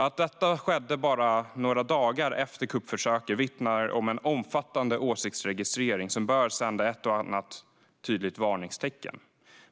Att detta skedde bara några dagar efter kuppförsöket vittnar om en omfattande åsiktsregistrering som borde sända en och annan varningssignal.